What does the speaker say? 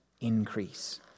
increase